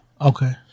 Okay